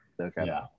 Okay